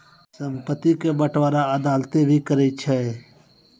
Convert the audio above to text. संपत्ति के बंटबारा अदालतें भी करै छै